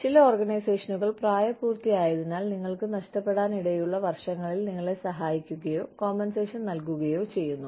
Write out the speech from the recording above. ചില ഓർഗനൈസേഷനുകൾ പ്രായപൂർത്തിയായതിനാൽ നിങ്ങൾക്ക് നഷ്ടപ്പെടാനിടയുള്ള വർഷങ്ങളിൽ നിങ്ങളെ സഹായിക്കുകയോ കോമ്പൻസേഷൻ നൽകുകയോ ചെയ്യുന്നു